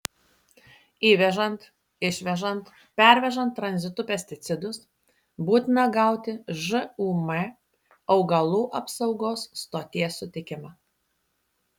įvežant išvežant pervežant tranzitu pesticidus būtina gauti žūm augalų apsaugos stoties sutikimą